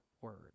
word